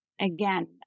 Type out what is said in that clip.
Again